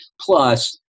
Plus